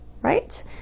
right